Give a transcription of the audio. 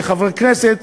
כחברי כנסת,